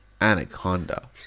Anaconda